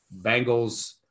Bengals